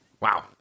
Wow